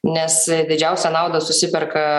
nes didžiausią naudą susiperka